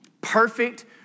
Perfect